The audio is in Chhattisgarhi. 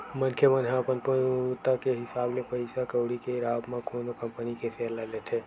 मनखे मन ह अपन बूता के हिसाब ले पइसा कउड़ी के राहब म कोनो कंपनी के सेयर ल लेथे